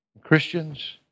Christians